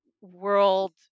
world